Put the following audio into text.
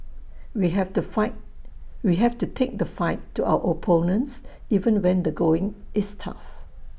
we have to fight we have to take the fight to our opponents even when the going is tough